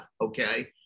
okay